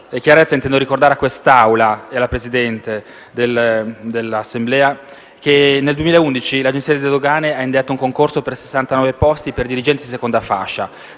chiarezza, intendo ricordare a questa Assemblea e al Presidente che nel 2011 l'Agenzia delle dogane ha indetto un concorso per 69 posti per dirigente di seconda fascia.